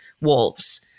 wolves